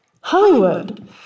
Hollywood